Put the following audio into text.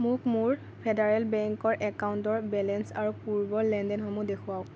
মোক মোৰ ফেডাৰেল বেংকৰ একাউণ্টৰ বেলেঞ্চ আৰু পূৰ্বৰ লেনদেনসমূহ দেখুৱাওক